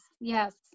yes